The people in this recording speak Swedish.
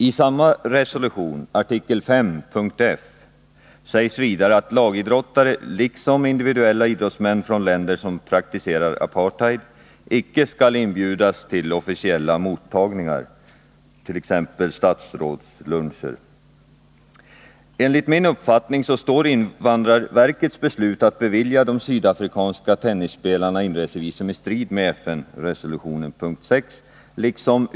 I samma FN-resolution, artikel5 punktf, sägs vidare att lagidrottsmän liksom invididuella idrottsmän från länder som praktiserar apartheid icke skall inbjudas till officiella mottagningar. — Till sådana måste som jag ser det räknas också statsrådsluncher. Enligt min uppfattning står invandrarverkets beslut att bevilja de sydafrikanska tennisspelarna inresevisum i strid med FN-resolutionens artikel 6.